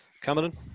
Cameron